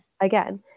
again